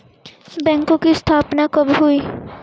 बैंकों की स्थापना कब हुई?